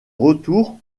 retour